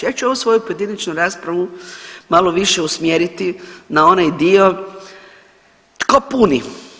Ja ću ovu svoju pojedinačnu raspravu malo više usmjeriti na onaj dio tko puni.